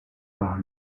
par